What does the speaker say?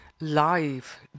live